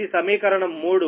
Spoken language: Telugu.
ఇది సమీకరణం 3